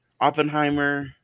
Oppenheimer